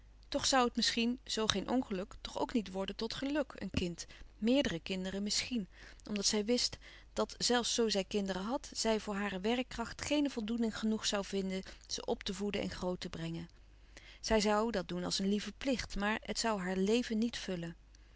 toch zoû het misschien zoo geen ongeluk toch ook niet worden tot geluk een kind meerdere kinderen misschien omdat zij wist dat zelfs zoo zij kinderen had zij voor hare werkkracht geene voldoening genoeg zoû vinden ze op te voeden en groot te brengen zij zoû dat doen als een lieve plicht maar het zoû haar leven niet vullen